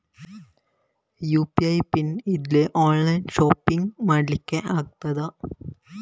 UPI PIN ಇಲ್ದೆ online shopping ಮಾಡ್ಲಿಕ್ಕೆ ಆಗ್ತದಾ?